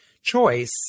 choice